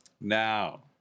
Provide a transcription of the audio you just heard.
Now